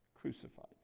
crucified